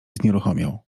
znieruchomiał